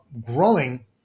growing